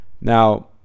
Now